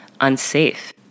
unsafe